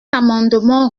amendement